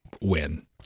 win